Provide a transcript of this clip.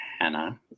Hannah